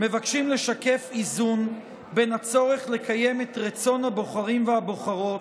מבקשים לשקף איזון בין הצורך לקיים את רצון הבוחרים והבוחרות,